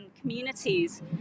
communities